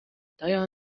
tajā